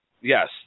yes